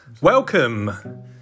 Welcome